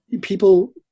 people